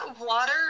water